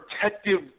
protective